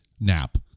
nap